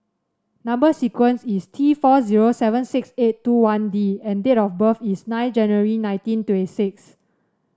number sequence is T four zero seven six eight two one D and date of birth is nine January nineteen twenty six